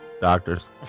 Doctors